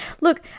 Look